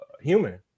human